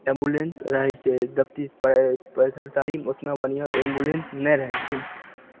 ambulance रहै छै थबचीजपर सरतारीमे ओतना बढ़िआँ एम्बुलेन्स नहि रहै छै